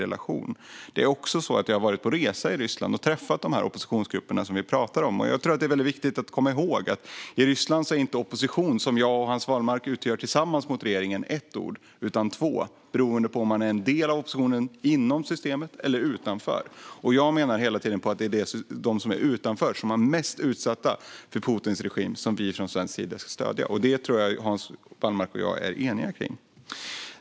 Jag har också varit på resa i Ryssland och träffat de oppositionsgrupper som vi pratar om. Det är viktigt att komma ihåg att i Ryssland är inte opposition, som jag och Hans Wallmark utgör tillsammans mot regeringen, ett ord utan två, beroende på om man är en del av oppositionen inom eller utanför systemet. Jag menar att det är de som är utanför, de som är mest utsatta för Putins regim, som vi från svensk sida ska stödja. Det tror jag att Hans Wallmark och jag är eniga om.